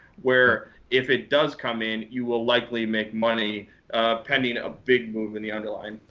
where, if it does come in, you will likely make money pending a big move in the underlying.